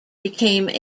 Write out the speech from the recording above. became